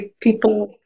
people